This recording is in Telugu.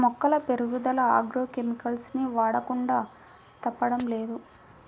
మొక్కల పెరుగుదల ఆగ్రో కెమికల్స్ ని వాడకుండా తప్పడం లేదు